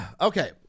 okay